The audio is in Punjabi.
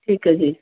ਠੀਕ ਹੈ ਜੀ